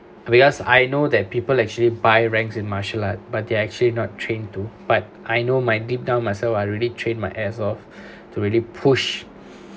because I know that people actually buy ranks in martial arts but they're actually not trained to but I know my deep down myself I really trained my ass off to really push